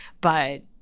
But-